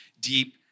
deep